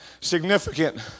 significant